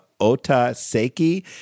Otaseki